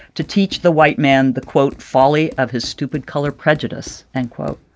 to teach the white man the, quote, folly of his stupid color prejudice end quote